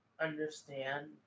understand